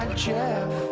jeff